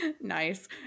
Nice